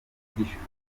mvugishije